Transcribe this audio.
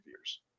years